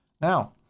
Now